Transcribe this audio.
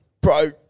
Bro